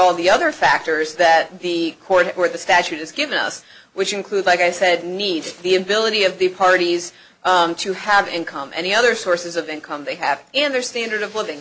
all the other factors that the court or the statutes give us which include like i said needs the ability of the parties to have income any other sources of income they have in their standard of living